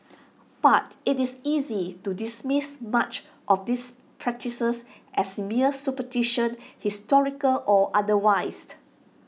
but IT is easy to dismiss much of these practices as mere superstition historical or otherwise